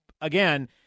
again